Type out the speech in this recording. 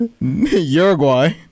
Uruguay